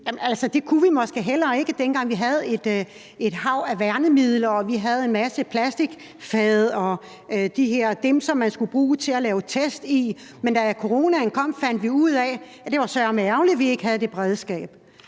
det kunne vi måske heller ikke, dengang vi havde et hav af værnemidler og en masse plastikfade og de dimser, man skal bruge til test. Men da coronaen kom, fandt vi ud af, at det søreme var ærgerligt, at vi ikke havde det beredskab.